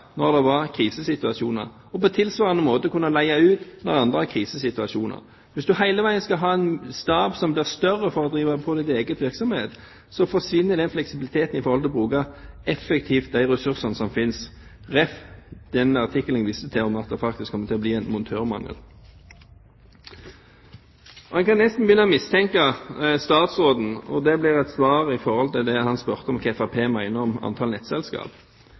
når det var krisesituasjoner, og på tilsvarende måte kunne leie ut når andre hadde krisesituasjoner. Hvis en hele veien skal ha en stab som blir større når en driver egen virksomhet, forsvinner fleksibiliteten med tanke på effektivt å bruke de ressursene som finnes – med referanse til den artikkelen jeg viste til om at det faktisk kommer til å bli en montørmangel. En kan nesten begynne å mistenke statsråden for – og det blir et svar på det han spurte om med hensyn til hva Fremskrittspartiet mener om antallet nettselskap